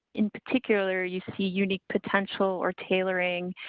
in particular, you see unique potential or tailoring,